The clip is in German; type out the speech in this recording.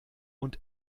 und